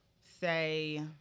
say